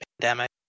pandemic